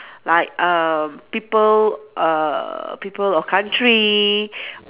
like um people err people or country